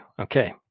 Okay